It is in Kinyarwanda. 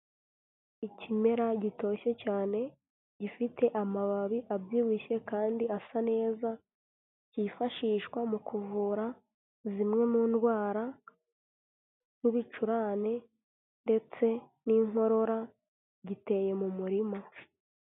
Ikimera gitoshye cyane gifite amababi abyibushye kandi asa neza, kifashishwa mu kuvura zimwe mu ndwara nk'ibicurane ndetse n'inkorora giteye mu murima.